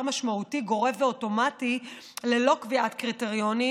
משמעותי גורף ואוטומטי ללא קביעת קריטריונים,